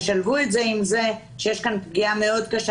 שלבו את זה עם זה שיש כאן פגיעה מאוד קשה